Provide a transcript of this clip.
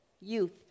youth